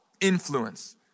influence